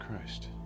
Christ